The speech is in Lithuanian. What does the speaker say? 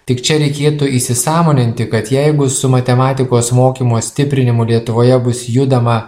tik čia reikėtų įsisąmoninti kad jeigu su matematikos mokymo stiprinimu lietuvoje bus judama